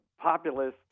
populist